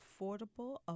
affordable